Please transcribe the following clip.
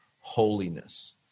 holiness